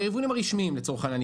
היבואנים הרשמיים לצורך העניין.